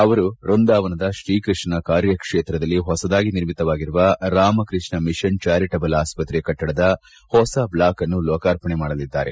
ಅವರು ವ್ಬಂದಾವನದ ಶ್ರೀಕೃಷ್ಣನ ಕಾರ್ಯಕ್ಷೇತ್ರದಲ್ಲಿ ಹೊಸದಾಗಿ ನಿರ್ಮಿಸಲಾಗಿರುವ ರಾಮಕೃಷ್ಣ ಮಿಷನ್ ಚಾರಿಟಬಲ್ ಆಸ್ವತ್ರೆ ಕಟ್ಟಡದ ಹೊಸ ಬ್ಲಾಕ್ ಅನ್ನು ಲೋಕಾರ್ಪಣೆ ಮಾಡಲಿದ್ದಾರೆ